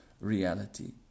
reality